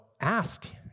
ask